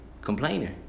Complainer